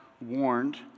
warned